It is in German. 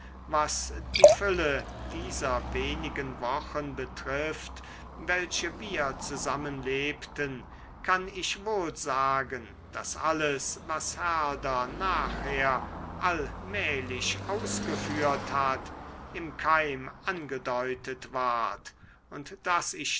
was die fülle dieser wenigen wochen betrifft welche wir zusammen lebten kann ich wohl sagen daß alles was herder nachher allmählich ausgeführt hat im keim angedeutet ward und daß ich